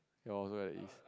ya so that is